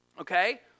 okay